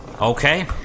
Okay